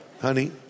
honey